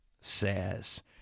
says